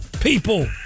people